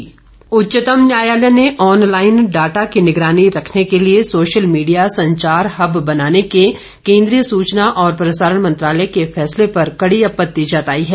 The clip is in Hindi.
सुप्रीम कोर्ट उच्चतम न्यायालय ने ऑनलाइन डाटा की निगरानी रखने के लिए सोशल मीडिया संचार हब बनाने के केन्द्रीय सूचना और प्रसारण मंत्रालय के फैसले पर कड़ी आपत्ति जताई है